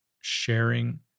sharing